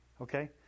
okay